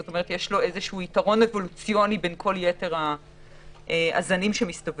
זאת אומרת שיש לו איזה יתרון אבולוציוני בין כל הזנים שמסתובבים